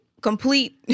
Complete